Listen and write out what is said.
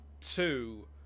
two